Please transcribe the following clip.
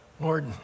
Lord